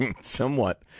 Somewhat